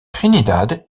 trinidad